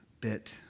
bit